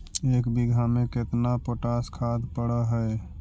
एक बिघा में केतना पोटास खाद पड़ है?